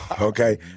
Okay